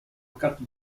cat